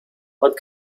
what